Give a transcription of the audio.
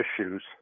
issues